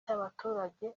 cy’abaturage